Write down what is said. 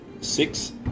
six